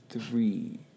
three